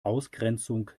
ausgrenzung